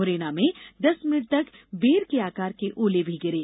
मुरैना में दस मिनट तक बेर के आकार के ओले भी गिरे